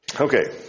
Okay